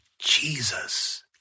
Jesus